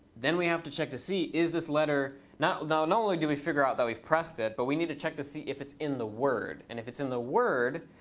then we have to check to see, is this letter not and only did we figure out that we've pressed it, but we need to check to see if it's in the word. and if it's in the word,